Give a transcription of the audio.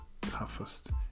toughest